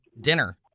dinner